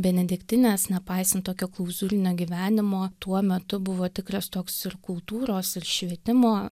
benediktinės nepaisant tokio klauzūrinio gyvenimo tuo metu buvo tikras toks ir kultūros ir švietimo